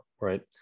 right